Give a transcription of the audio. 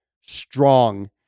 strong